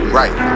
right